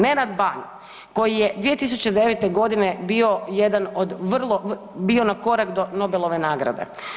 Nenad Ban koji je 2009. godine bio jedan od vrlo, bio na korak do Nobelove nagrade.